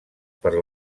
per